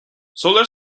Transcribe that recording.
solar